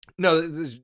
No